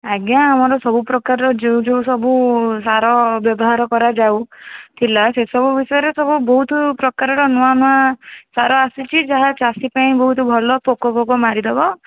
ଆଜ୍ଞା ଆମର ସବୁ ପ୍ରକାରର ଯେଉଁ ଯେଉଁ ସବୁ ସାର ବ୍ୟବହାର କରାଯାଉଥିଲା ସେସବୁ ବିଷୟରେ ସବୁ ବହୁତ ପ୍ରକାରର ନୂଆ ନୂଆ ସାର ଆସିଚି ଯାହା ଚାଷୀ ପାଇଁ ବହୁତ ଭଲ ପୋକ ଫୋକ ମାରିଦେବ